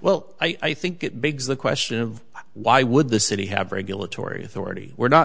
well i think it begs the question of why would the city have regulatory authority we're not